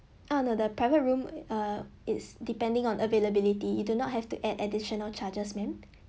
uh no the private room uh it's depending on availability you do not have to add additional charges ma'am